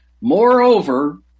Moreover